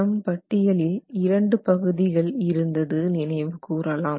நம் பட்டியலில் இரண்டு பகுதிகள் இருந்தது நினைவு கூரலாம்